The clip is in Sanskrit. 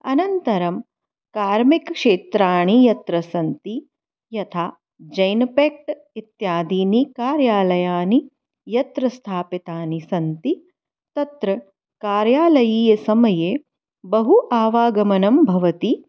अनन्तरं कार्मिकक्षेत्राणि यत्र सन्ति यथा जेन्पेक्ट् इत्यादीनि कार्यालयाः यत्र स्थापितानि सन्ति तत्र कार्यालयीयसमये बहु आवागमनं भवति